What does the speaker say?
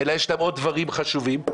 -- אלא ישנם עוד דברים חשובים,